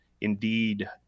indeed